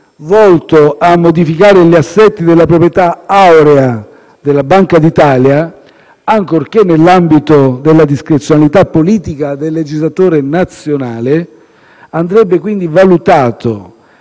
volto a modificare gli assetti della proprietà aurea della Banca d'Italia, ancorché nell'ambito della discrezionalità politica del legislatore nazionale, andrebbe, quindi, valutato